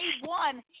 one